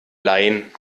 leihen